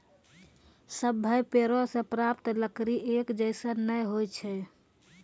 सभ्भे पेड़ों सें प्राप्त लकड़ी एक जैसन नै होय छै